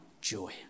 joy